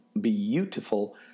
beautiful